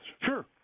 Sure